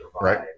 right